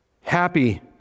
Happy